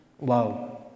love